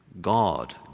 God